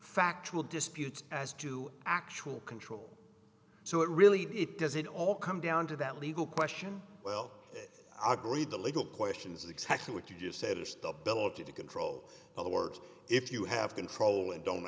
factual disputes as to actual control so it really it does it all come down to that legal question well i agree the legal questions exactly what you just said it's the bellotti to control other words if you have control and don't